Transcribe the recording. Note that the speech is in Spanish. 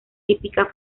típica